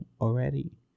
already